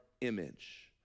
image